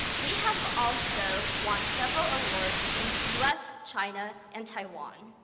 we have also won several awards in the us, china, and taiwan.